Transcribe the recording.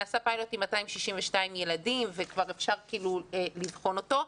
נעשה פיילוט עם 262 ילדים וכבר אפשר לבחון אותה.